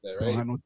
Right